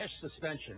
suspension